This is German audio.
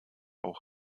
auch